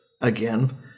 again